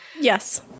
Yes